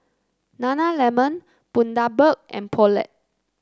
Nana Lemon Bundaberg and Poulet